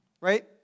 right